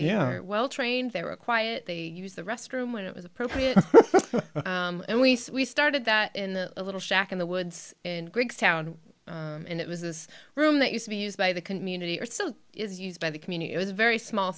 yeah well trained they were quiet they use the restroom when it was appropriate and we started that in a little shack in the woods in greektown and it was this room that used to be used by the community or so is used by the community it was a very small